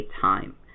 time